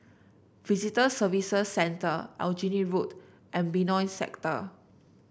Visitor Services Center Aljunied Road and Benoi Sector